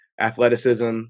Athleticism